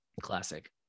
classic